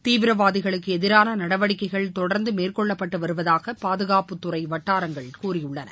தீவிவாதிகளுக்கு எதிரான நடவடிக்கைகள் தொடர்ந்து மேற்கொள்ளப்பட்டு வருவதாக பாதுகாப்புத்துறை வட்டாரங்கள் கூறியுள்ளன